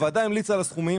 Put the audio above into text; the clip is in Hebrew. הוועדה המליצה על הסכומים